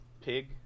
pig